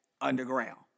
underground